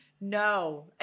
No